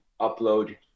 upload